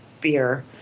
beer